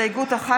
הסתייגות 1,